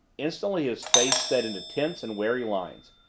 instantly his face set into tense and wary lines.